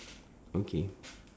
okay